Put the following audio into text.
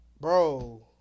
Bro